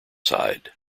side